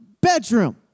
bedroom